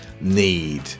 need